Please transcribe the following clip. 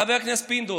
חבר הכנסת פינדרוס,